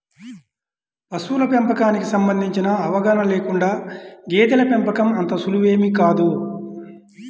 పశువుల పెంపకానికి సంబంధించిన అవగాహన లేకుండా గేదెల పెంపకం అంత సులువేమీ కాదు